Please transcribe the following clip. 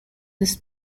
this